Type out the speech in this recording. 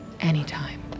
Anytime